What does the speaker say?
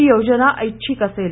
ही योजना ऐच्छिक असेल